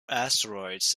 asteroids